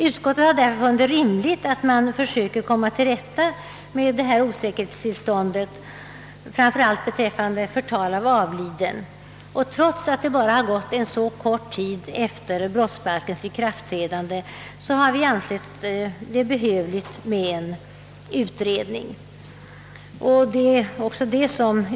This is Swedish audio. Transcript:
Utskottet har därför funnit det rimligt att man försöker komma till rätta med detta osäkerhetstillstånd, framför allt beträffande förtal av avliden. Trots att det gått så kort tid efter brottsbalkens ikraftträdande har vi ansett en utredning behövlig.